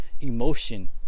emotion